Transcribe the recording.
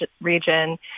region